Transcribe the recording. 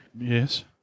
Yes